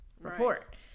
report